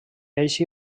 així